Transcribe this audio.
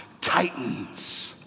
Titans